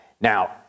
Now